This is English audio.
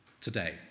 today